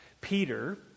Peter